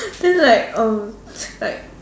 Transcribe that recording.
then like um like